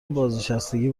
بازنشستگی